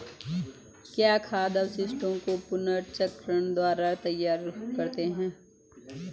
क्या खाद अपशिष्टों को पुनर्चक्रण द्वारा तैयार करते हैं?